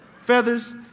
Feathers